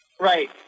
Right